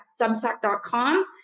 substack.com